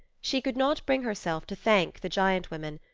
she could not bring herself to thank the giant women,